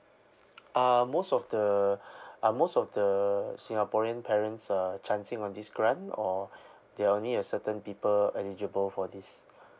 are most of the are most of the singaporean parents uh chancing on this grant or there are only a certain people eligible for this